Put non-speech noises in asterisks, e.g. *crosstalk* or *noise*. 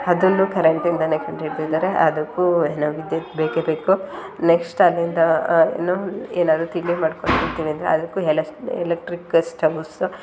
ಅದನ್ನೂ ಕರೆಂಟಿಂದಲೇ ಕಂಡು ಹಿಡ್ದಿದಾರೆ ಅದಕ್ಕೂ ಏನು ವಿದ್ಯುತ್ ಬೇಕೇ ಬೇಕು ನೆಕ್ಸ್ಟ್ ಅಲ್ಲಿಂದ ಏನು ಏನಾದರೂ ತಿಂಡಿ ಮಾಡ್ಕೊಂಡು ತಿಂತೀನಿ ಅಂದರೆ ಅದಕ್ಕೂ *unintelligible* ಎಲೆಕ್ಟ್ರಿಕ್ ಸ್ಟವ್ಸ್